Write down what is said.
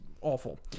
awful